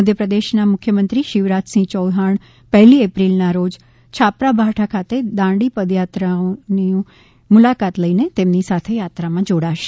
મધ્યપ્રદેશના મુખ્યમંત્રી શિવરાજસિંહ ચૌહાણ પહેલી એપ્રિલના રોજ છાપરાભાઠા ખાતે દાંડીપદયાત્રીઓની મુલાકાત લઈ તેમની સાથે યાત્રામાં જોડાશે